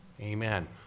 Amen